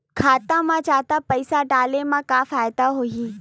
खाता मा जादा पईसा डाले मा का फ़ायदा होही?